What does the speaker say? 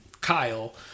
Kyle